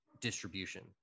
distribution